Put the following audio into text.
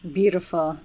beautiful